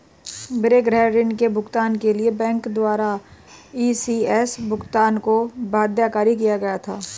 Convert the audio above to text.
मेरे गृह ऋण के भुगतान के लिए बैंक द्वारा इ.सी.एस भुगतान को बाध्यकारी किया गया था